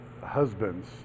husbands